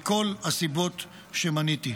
מכל הסיבות שמניתי.